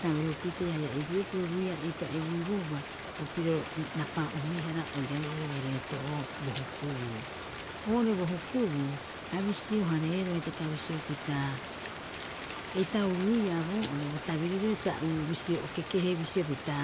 Tabeopite haia eipirio'pirio ruia eipa eibouboo'uia opiro rapahuiara oiraarei'oro bo reetoro bo hukubu. Oo'ore bo hukubu, a bisio harero'itaka bisio pita eitao ruia bo oo'ore bo tabiriro'ore sa uu bisio okeke'he bisio pita